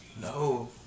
No